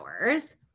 hours